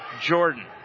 Jordan